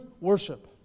worship